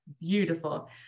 beautiful